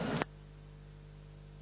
Hvala